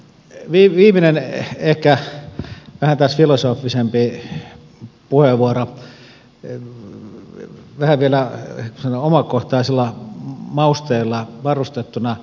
viimeinen ehkä vähän taas filosofisempi puheenvuoro vähän vielä omakohtaisilla mausteilla varustettuna